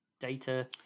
Data